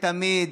שתמיד